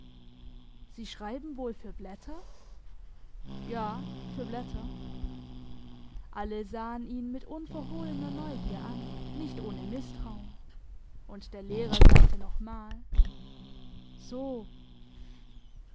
sie schreiben wohl für blätter ja für blätter alle sahn ihn mit unverhohlener neugier an nicht ohne misstrauen und der lehrer sagte nochmal so